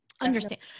understand